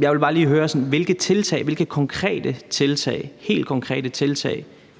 Jeg vil bare lige høre, hvilke helt konkrete tiltag De Radikale har